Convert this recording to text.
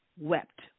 wept